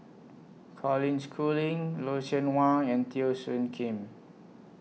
Colin Schooling Lucien Wang and Teo Soon Kim